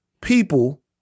people